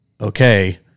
okay